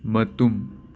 ꯃꯇꯨꯝ